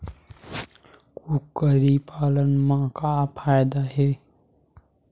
कुकरी पालन म का फ़ायदा हे?